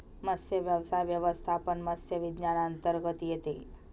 मत्स्यव्यवसाय व्यवस्थापन मत्स्य विज्ञानांतर्गत येते